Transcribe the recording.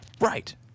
Right